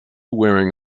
wearing